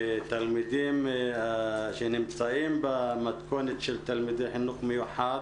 ועבור תלמידים שנמצאים במתכונת של תלמידי חינוך מיוחד